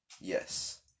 Yes